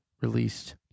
released